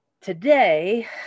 today